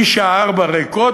שמשעה 16:00 ריקות,